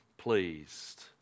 pleased